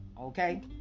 Okay